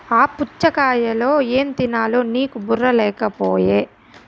ఆ పుచ్ఛగాయలో ఏం తినాలో నీకు బుర్ర లేకపోయె